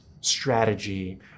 strategy